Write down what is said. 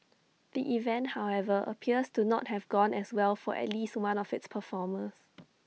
the event however appears to not have gone as well for at least one of its performers